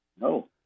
No